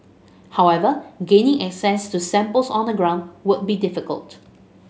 however gaining access to samples on the ground would be difficult